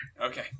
Okay